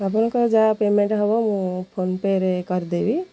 ଆପଣଙ୍କର ଯାହା ପେମେଣ୍ଟ ହେବ ମୁଁ ଫୋନ୍ ପେ ରେ କରିଦେବି